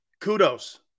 Kudos